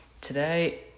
today